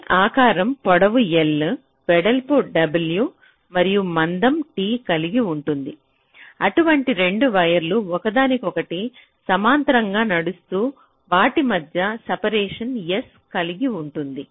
ఈ ఆకారం పొడవు L వెడల్పు w మరియు మందం t కలిగి ఉంటుంది అటువంటి 2 వైర్లు ఒకదానికొకటి సమాంతరంగా నడుస్తు వాటి మధ్య సపరేషన్ s కలిగి ఉంటాయి